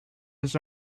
his